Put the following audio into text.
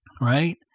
Right